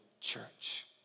Church